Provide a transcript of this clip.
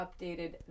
updated